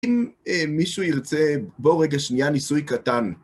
אם מישהו ירצה, בוא רגע שנייה, ניסוי קטן.